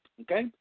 Okay